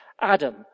Adam